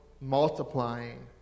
multiplying